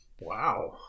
Wow